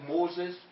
Moses